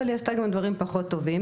אבל היא עשתה גם דברים פחות טובים.